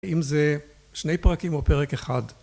אם זה שני פרקים או פרק אחד